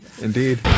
indeed